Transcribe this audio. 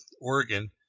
oregon